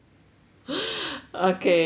okay